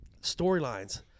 storylines